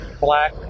black